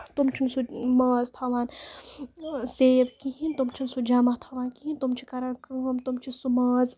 تِم چھُنہٕ سُہ ماز تھاوان سیف کِہینۍ تِم چھِ نہٕ سُہ جمع تھاوان کِہینۍ تِم چھِ کران کٲم تِم چھِ سُہ ماز